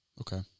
Okay